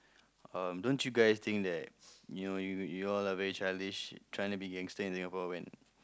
um don't you guys think that you know you you all are very childish trying to be gangster in Singapore when